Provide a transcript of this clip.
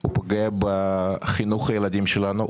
הוא פוגע בחינוך הילדים שלנו,